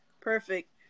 perfect